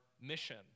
mission